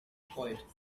poet